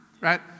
right